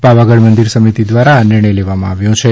પાવાગઢ મંદિર સમિતિ દ્વારા આ નિર્ણય લેવામાં આવ્યો છે